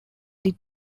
did